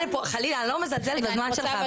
חלילה אני לא מזלזלת בזמן שלך -- סליחה,